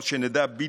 אבל שנדע בדיוק.